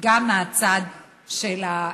גם מהצד של האופוזיציה.